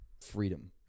freedom